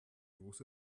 los